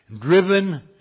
driven